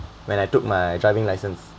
when I took my driving license